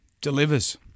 Delivers